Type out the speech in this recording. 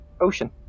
ocean